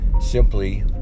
simply